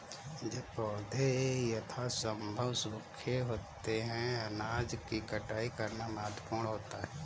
जब पौधे यथासंभव सूखे होते हैं अनाज की कटाई करना महत्वपूर्ण होता है